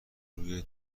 روی